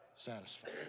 satisfied